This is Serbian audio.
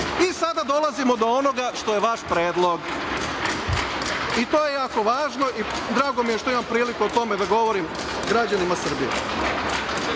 sada dolazimo do onoga što je vaš predlog i to je jako važno i drago mi je što imam priliku o tome da govorim građanima Srbije.